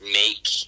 make